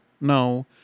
no